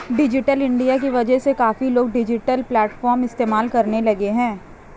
digital India की वजह से काफी लोग डिजिटल प्लेटफ़ॉर्म इस्तेमाल करने लगे हैं